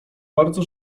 bardzo